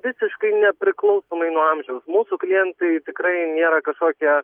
visiškai nepriklausomai nuo amžiaus mūsų klientai tikrai nėra kažkokia